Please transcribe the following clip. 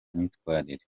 myitwarire